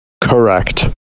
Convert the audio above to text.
Correct